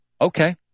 okay